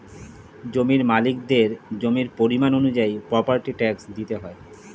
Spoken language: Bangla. জমির মালিকদের জমির পরিমাণ অনুযায়ী প্রপার্টি ট্যাক্স দিতে হয়